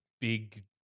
big